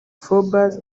forbes